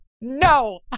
no